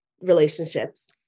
relationships